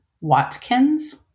Watkins